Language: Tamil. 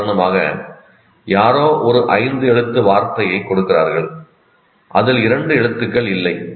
உதாரணமாக யாரோ ஒரு ஐந்து எழுத்து வார்த்தையை கொடுக்கிறார்கள் அதில் இரண்டு எழுத்துக்கள் இல்லை